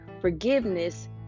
forgiveness